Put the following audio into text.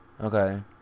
Okay